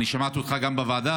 אני שמעתי אותך גם בוועדה,